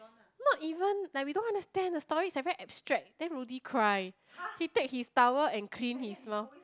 not even like we don't understand the story is like very abstract then Rudy cry he take his towel and clean his mouth